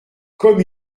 comme